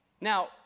Now